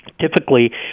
Typically